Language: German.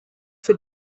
für